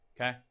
Okay